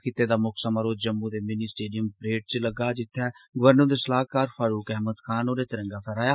खित्ते दा मुक्ख समारोह जम्मू दे मिनी स्टेडियम परेड च लग्गा जित्थे गवर्नर हुन्दे सलाहकार फारुक अहमद ख़ान होरें तिरंगा फहराया